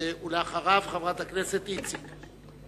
ואחריו, חברת הכנסת איציק.